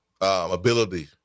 ability